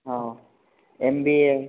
हो M B ए